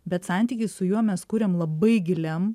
bet santykį su juo mes kuriam labai giliam